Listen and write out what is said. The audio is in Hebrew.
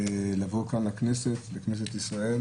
לבוא לכאן לכנסת ישראל